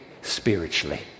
spiritually